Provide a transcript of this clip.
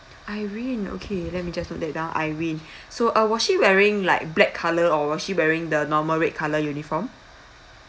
irene okay let me just note that down irene so uh was she wearing like black colour or was she wearing the normal red colour uniform